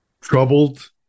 troubled